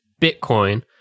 Bitcoin